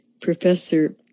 Professor